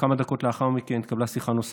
וכמה דקות לאחר מכן התקבלה שיחה נוספת,